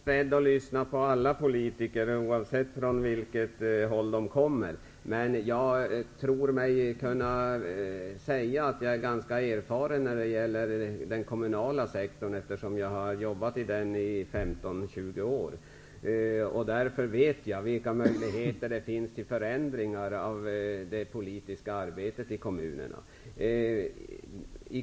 Herr talman! Jag är beredd att lyssna på alla politiker, oavsett från vilket parti de kommer. Men jag tror mig kunna säga att jag är ganska erfaren när det gäller den kommunala sektorn. Jag har jobbat där i 15--20 år. Därför vet jag vilka möjligheter det finns till förändringar i det politiska arbetet i kommunerna.